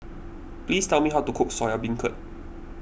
please tell me how to cook Soya Beancurd